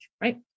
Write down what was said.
right